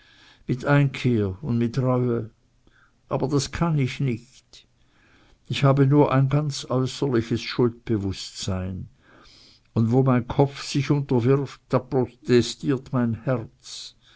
mit einkehr und mit reue aber das kann ich nicht ich habe nur ein ganz äußerliches schuldbewußtsein und wo mein kopf sich unterwirft da protestiert mein herz